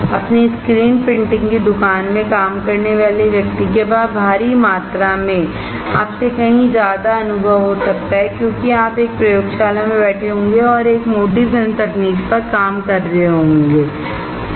अपनी screen printing की दुकान में काम करने वाले व्यक्ति के पास भारी मात्रा में आप से कहीं ज्यादा अनुभव हो सकता है क्योंकि आप एक प्रयोगशाला में बैठे होंगे और एक मोटी फिल्म तकनीक पर काम कर रहे होंगे सही